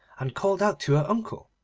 and called out to her uncle,